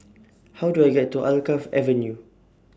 How Do I get to Alkaff Avenue